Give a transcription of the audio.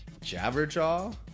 Jabberjaw